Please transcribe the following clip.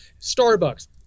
starbucks